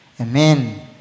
Amen